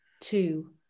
two